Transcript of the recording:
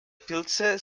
pilze